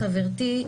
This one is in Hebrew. זאת,